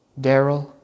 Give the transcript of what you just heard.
Daryl